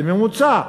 בממוצע: